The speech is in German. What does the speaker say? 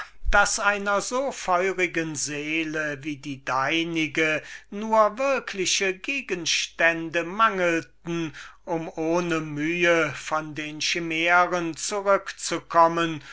daß einer so feurigen seele wie die deinige nur wirkliche gegenstände mangelten um ohne mühe von den schimären zurückzukommen